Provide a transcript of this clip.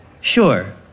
Sure